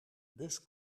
bus